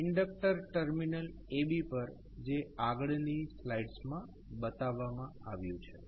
inductor terminal AB પર જે આગળની સ્લાઇડ્સ માં બતાવવામાં આવ્યું છે